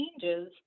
changes